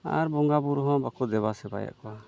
ᱟᱨ ᱵᱚᱸᱜᱟ ᱵᱳᱨᱳ ᱦᱚᱸ ᱵᱟᱠᱚ ᱫᱮᱵᱟ ᱥᱮᱵᱟᱭᱮᱫ ᱠᱚᱣᱟ